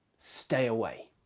stay away.